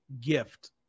gift